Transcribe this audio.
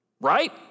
right